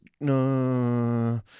No